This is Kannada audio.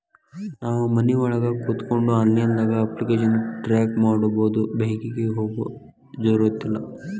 ನಾವು ಮನಿಒಳಗ ಕೋತ್ಕೊಂಡು ಆನ್ಲೈದಾಗ ಅಪ್ಲಿಕೆಶನ್ ಟ್ರಾಕ್ ಮಾಡ್ಬೊದು ಬ್ಯಾಂಕಿಗೆ ಹೋಗೊ ಜರುರತಿಲ್ಲಾ